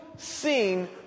seen